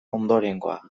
ondorengoa